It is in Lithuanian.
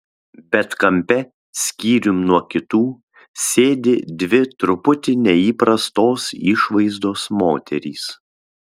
bet kampe skyrium nuo kitų sėdi dvi truputį neįprastos išvaizdos moterys